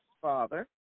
Father